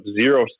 zero